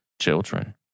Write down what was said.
children